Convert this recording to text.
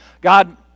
God